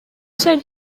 said